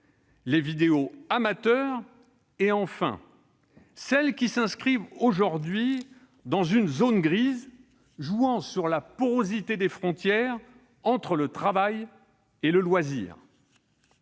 des vidéos « amateurs » et de celles, enfin, qui s'inscrivent aujourd'hui dans une « zone grise », jouant sur la porosité des frontières entre travail et loisir.